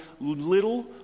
little